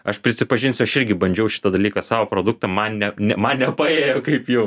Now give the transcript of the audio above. aš prisipažinsiu aš irgi bandžiau šitą dalyką savo produktą man ne ne man nepaėjo kaip jum